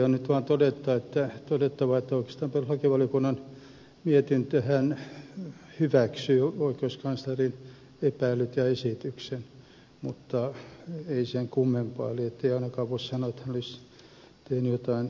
on nyt vaan todettava että oikeastaan perustuslakivaliokunnan mietintöhän hyväksyy oikeuskanslerin epäilyt ja esityksen mutta ei sen kummempaa eli ei ainakaan voi sanoa että hän olisi tehnyt jotain virheellistä